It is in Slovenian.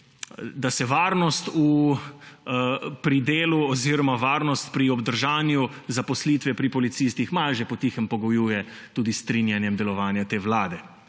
da se varnost pri delu oziroma varnost pri obdržanju zaposlitve pri policistih malo že po tihem pogojuje tudi s strinjanjem delovanja te vlade